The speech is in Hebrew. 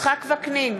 יצחק וקנין,